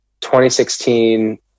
2016